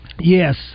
Yes